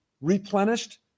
replenished